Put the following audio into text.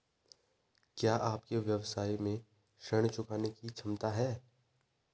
क्या आपके व्यवसाय में ऋण चुकाने की क्षमता है?